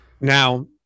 Now